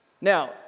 Now